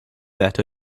that